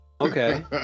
Okay